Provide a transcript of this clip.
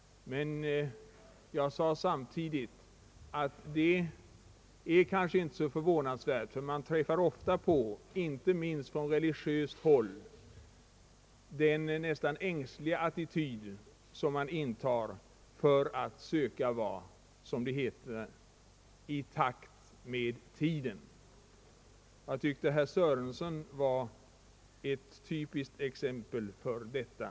Men jag tillfogade att man tyvärr ofta träffar på, inte minst på religiöst håll, den nästan ängsliga attityd vilken intas av dem som vill vara »i takt med tiden». Jag tycker att herr Sörenson är ett typiskt exempel på detta.